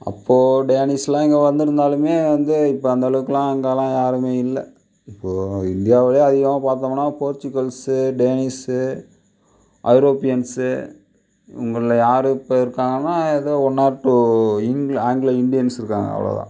அப்போது டேனிஷ்லாம் இங்க வந்திருந்தாலுமே வந்து இப்போது அந்தளவுக்கல்லாம் இங்கேல்லாம் யாருமே இல்லை இப்போது இந்தியாவுலேயே அதிகமாக பார்த்தோம்னா போர்ச்சுக்கல்ஸு டேனிஸ்ஸு ஐரோப்பியன்ஸ்ஸு இவங்கள்ல யார் இப்போ இருக்காங்கன்னால் எதோ ஒன் ஆர் டூ இங்கில ஆங்கில இந்தியன்ஸ் இருக்காங்க அவ்வளோதான்